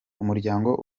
umuryango